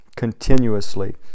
continuously